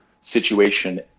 situation